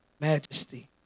majesty